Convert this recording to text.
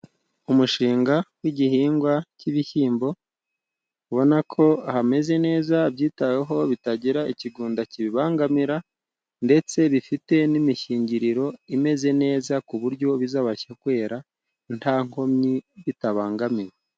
Umushinga w'igihingwa cy'ibishyimbo, ubona ko hameze neza byitaweho bitagira ikigunda kibibangamira, ndetse bifite n'imishingiriro imeze neza ku buryo bizabasha kwera nta nkomyi bitabangamiwe.